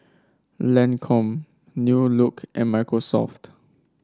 Lancome New Look and Microsoft